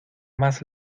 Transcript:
más